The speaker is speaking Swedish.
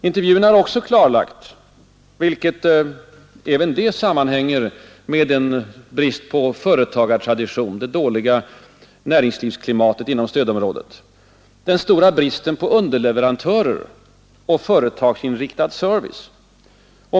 Intervjuerna har också klarlagt — vilket även det sammanhänger med en brist på företagartradition på grund av det dåliga företagarklimatet inom stödområdet — den stora bristen på underleverantörer och företagsinriktad service.